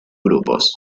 grupos